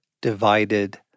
divided